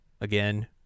again